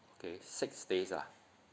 okay six days lah